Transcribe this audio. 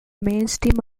mainstream